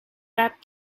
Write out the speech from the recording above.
that